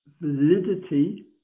validity